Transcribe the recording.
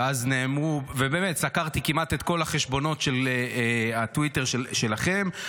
ובאמת סקרתי כמעט את כל חשבונות הטוויטר שלכם.